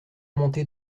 montée